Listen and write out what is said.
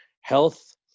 Health